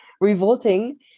revolting